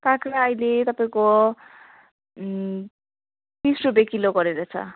काँक्रा अहिले तपाईँको बिस रुपियाँ किलो गरेर छ